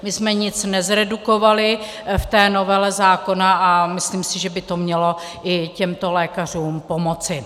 My jsme nic nezredukovali v té novele zákona a myslím si, že by to mělo i těmto lékařům pomoci.